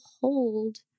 hold